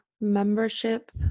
membership